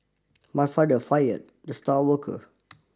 my father fired the star worker